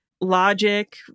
logic